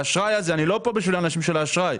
אני לא כאן בשביל האנשים של האשראי.